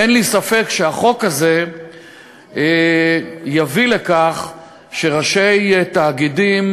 אין לי ספק שהחוק הזה יביא לכך שראשי תאגידים